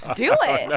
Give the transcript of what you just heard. do it.